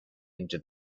into